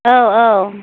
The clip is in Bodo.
औ औ